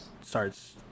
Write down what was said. starts